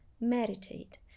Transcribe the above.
meditate